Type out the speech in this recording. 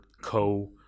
co